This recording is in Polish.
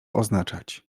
oznaczać